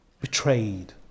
betrayed